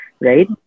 right